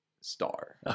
star